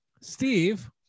Steve